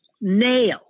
nail